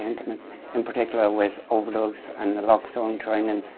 and in particular with overdose and naloxone training.